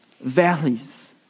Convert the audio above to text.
valleys